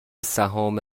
سهام